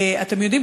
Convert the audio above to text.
אתם יודעים,